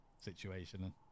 situation